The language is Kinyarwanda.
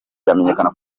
biramenyekana